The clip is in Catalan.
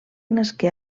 nasqué